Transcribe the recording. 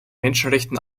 menschenrechten